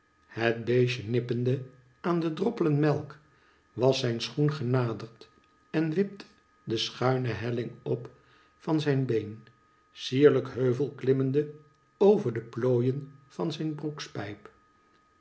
het beestje nippende aan de droppelen melk was zijn schoen genaderd en wipte de schuine helling op van zijn been sierlijk heuvelklimmende over de plooien van zijn